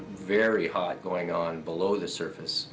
very hot going on below the surface